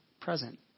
present